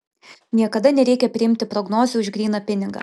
niekada nereikia priimti prognozių už gryną pinigą